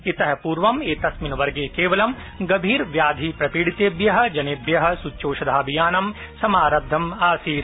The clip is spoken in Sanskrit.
इतः पूर्वं एतस्मिन् वर्गे केवलं गभीरव्याधिप्रपीडितेभ्य जनेभ्य सूच्यौषधाभियानं समारब्धं आसीत्